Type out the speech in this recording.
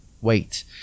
wait